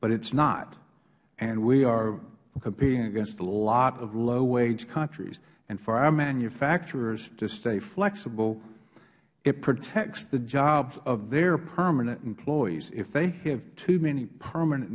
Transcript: but it is not and we are competing against a lot of low wage countries for our manufacturers to stay flexible it protects the jobs of their permanent employees if they have too many permanent